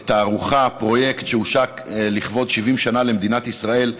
פרויקט שהושק לכבוד 70 שנה למדינת ישראל,